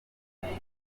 kigali